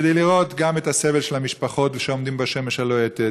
כדי לראות גם את הסבל של המשפחות שעומדות בשמש הלוהטת,